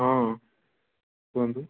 ହଁ କୁହନ୍ତୁ